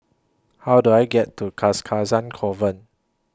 How Do I get to Cars Casa Convent